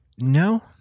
No